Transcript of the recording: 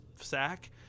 sack